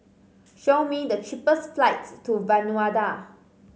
show me the cheapest flights to Vanuatu